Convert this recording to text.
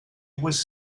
was